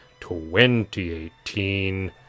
2018